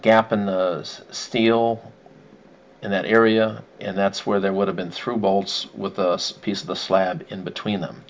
gap in the steel in that area and that's where there would have been through bolts with the piece of the slab in between them